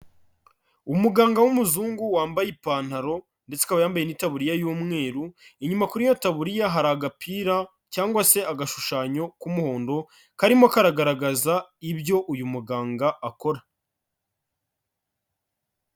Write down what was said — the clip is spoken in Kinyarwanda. Umuganga w'umuzungu wambaye ipantaro ndetse akaba yambaye n'itaburiya y'umweru, inyuma kuri iyo taburiya hari agapira cyangwa se agashushanyo k'umuhondo karimo karagaragaza ibyo uyu muganga akora.